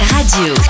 Radio